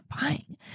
buying